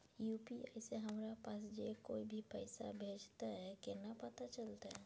UPI से हमरा पास जे कोय भी पैसा भेजतय केना पता चलते?